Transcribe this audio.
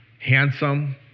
handsome